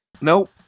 Nope